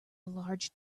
large